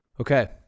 okay